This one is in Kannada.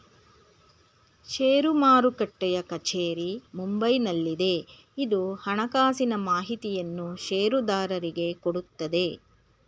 ಷೇರು ಮಾರುಟ್ಟೆಯ ಕಚೇರಿ ಮುಂಬೈನಲ್ಲಿದೆ, ಇದು ಹಣಕಾಸಿನ ಮಾಹಿತಿಯನ್ನು ಷೇರುದಾರರಿಗೆ ಕೊಡುತ್ತದೆ